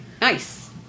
Nice